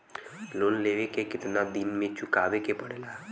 Loan लेवे के कितना दिन मे चुकावे के पड़ेला?